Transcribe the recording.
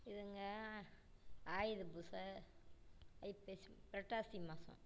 இதுங்கள் ஆயுத பூஜை ஐப்பசி புரட்டாசி மாதம்